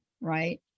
right